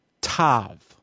Tav